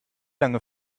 lange